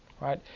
right